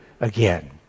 again